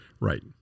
Right